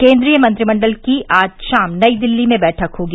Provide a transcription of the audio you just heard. केन्द्रीय मंत्रिमंडल की आज शाम नई दिल्ली में बैठक होगी